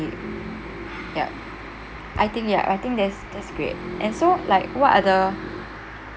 sleep ya I think yup I think that's that's great and so like what are the